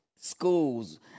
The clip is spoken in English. schools